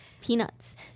Peanuts